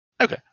Okay